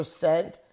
percent